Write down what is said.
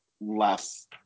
less